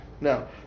No